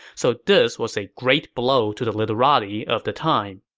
so this was a great blow to the literati of the time